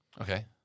okay